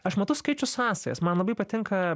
aš matau skaičių sąsajas man labai patinka